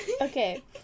Okay